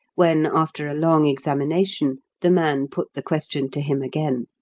when, after a long examination, the man put the question to him again.